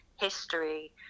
History